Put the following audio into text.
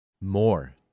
More